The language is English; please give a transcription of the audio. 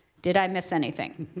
did i miss anything?